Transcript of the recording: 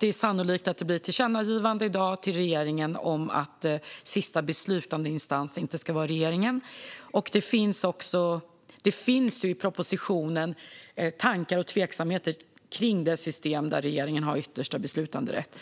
Det är sannolikt att det blir ett tillkännagivande i dag till regeringen om att sista beslutande instans inte ska vara regeringen. Det finns i propositionen tankar och tveksamheter kring det system där regeringen har yttersta beslutanderätt.